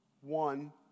one